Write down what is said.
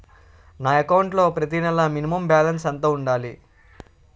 నా అకౌంట్ లో ప్రతి నెల మినిమం బాలన్స్ ఎంత ఉండాలి?